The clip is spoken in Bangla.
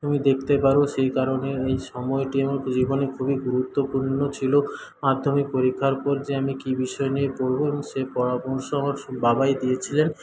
তুমি দেখতে পারো সেই কারণে ওই সময়টি আমার জীবনে খুব গুরুত্বপূর্ণ ছিলো মাধ্যমিক পরীক্ষার পর যে আমি কি বিষয় নিয়ে পড়ব এবং সে পরামর্শ আমার বাবাই দিয়েছিলেন